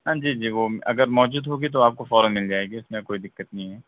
ہاں جی جی وہ اگر موجود ہوگی تو وہ آپ کو فوراً مِل جائے گی اِس میں کوئی دقت نہیں ہے